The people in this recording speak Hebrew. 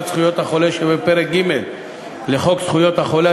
זכויות החולה שבפרק ג' בחוק זכויות החולה,